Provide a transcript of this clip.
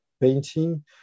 painting